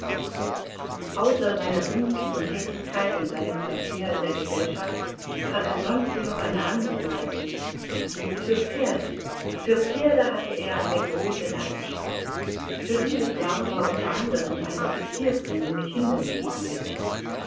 außer seiner dienstlichen tätigkeit und seinem verkehr in der gesellschaft hatte wronski noch eine andere neigung die für pferde für pferde hatte er eine große leidenschaft für dieses jahr war unter anderen ein offiziersrennen mit hindernissen angesetzt